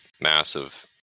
massive